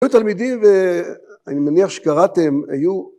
היו תלמידים ואני מניח שקראתם היו